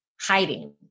hiding